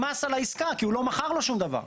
יושת מס על העסקה כי הוא לא מכר לו שום דבר.